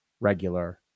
regular